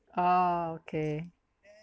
ah okay